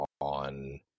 on